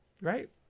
Right